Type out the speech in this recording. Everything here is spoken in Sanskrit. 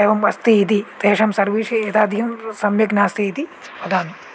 एवम् अस्ति इति तेषां सर्वेपि यदाधिकं सम्यक् नास्ति इति वदामि